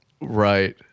Right